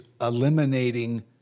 eliminating